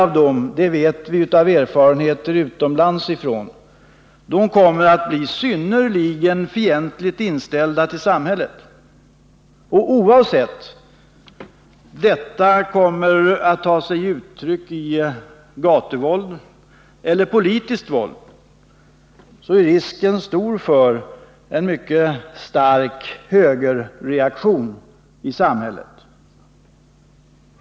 Vi vet av erfarenheter utomlands att en del av dem kommer att bli synnerligen fientligt inställda till samhället. Oavsett om detta tar sig uttryck i gatuvåld eller politiskt våld är risken stor för en mycket stark högerreaktion i samhället.